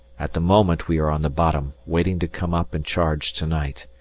at the moment we are on the bottom waiting to come up and charge to-night,